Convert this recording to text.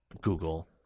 Google